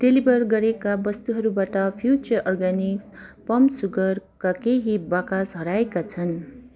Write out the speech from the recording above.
deliver गरिएका वस्तुहरूबाट future organics palm सुगरका केही बाकस हराएका छन्